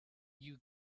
you